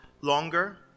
longer